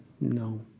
No